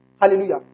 Hallelujah